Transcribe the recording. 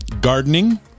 gardening